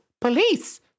Police